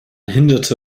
hinderte